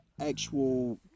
actual